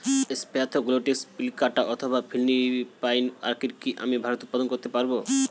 Spathoglottis plicata অথবা Philippine orchid কি আমি ভারতে উৎপাদন করতে পারবো?